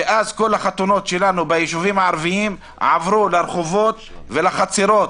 ואז כל החתונות שלנו בישובים הערביים עברו לרחובות ולחצרות.